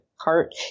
cart